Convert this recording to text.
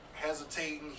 Hesitating